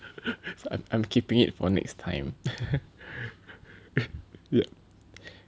so I'm I'm keeping it for next time yeah